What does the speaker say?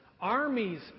armies